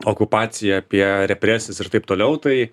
okupaciją apie represijas ir taip toliau tai